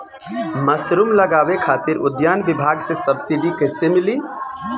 Mushroom लगावे खातिर उद्यान विभाग से सब्सिडी कैसे मिली?